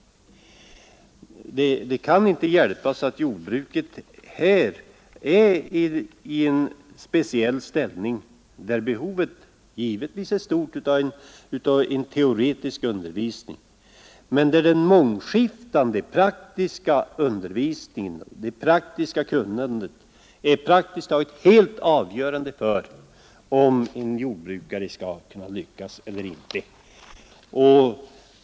Det kan inte förnekas att jordbruket har en speciell ställning — givetvis med ett stort behov av teoretisk undervisning men med en mångskiftande undervisning för det praktiska kunnande som är i stort sett helt avgörande för om en jordbrukare skall kunna lyckas eller inte.